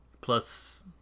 plus